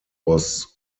was